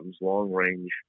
long-range